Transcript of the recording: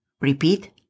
Repeat